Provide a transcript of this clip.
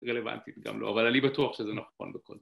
רלוונטית גם לא, אבל אני בטוח שזה נכון בכל